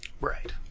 right